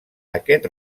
aquest